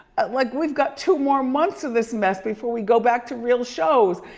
like, we've got two more months of this mess before we go back to real shows.